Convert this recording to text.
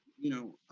you know,